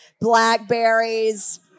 blackberries